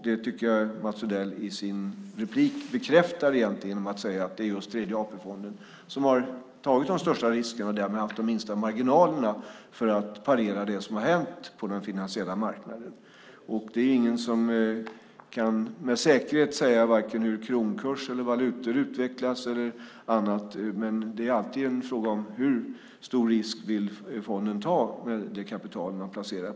Det tycker jag att Mats Odell bekräftar i sitt inlägg genom att säga att det är just Tredje AP-fonden som har tagit de största riskerna och därmed haft de minsta marginalerna för att parera det som har hänt på den finansiella marknaden. Ingen kan med säkerhet säga hur kronkurs och valutor utvecklas, men det är alltid en fråga om hur stor risk fonden vill ta med det kapital man placerar.